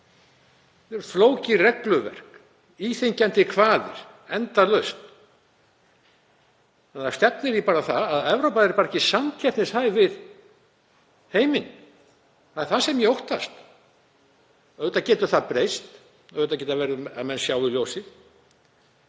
Þetta er flókið regluverk, íþyngjandi kvaðir, endalaust. Það stefnir í að Evrópa verði ekki samkeppnishæf við heiminn, það er það sem ég óttast. Auðvitað getur það breyst. Auðvitað getur verið að menn sjái ljósið.